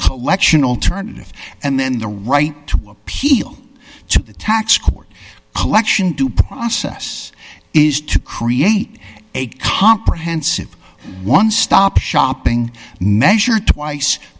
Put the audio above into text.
collection alternative and then the right to appeal to the tax court collection due process is to create a comprehensive one stop shopping measure twice